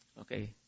okay